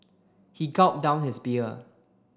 he gulped down his beer